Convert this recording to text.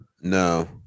no